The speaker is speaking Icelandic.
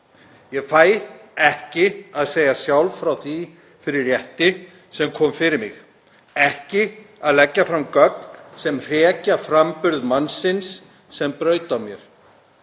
Ég fæ ekki að segja sjálf frá því fyrir rétti sem kom fyrir mig, ekki að leggja fram gögn sem hrekja framburð mannsins sem braut á mér.